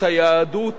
את היהדות,